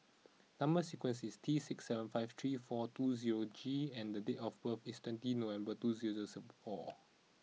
number sequence is T six seven five three four two zero G and the date of birth is twenty November two zero zero sub four